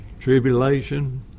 Tribulation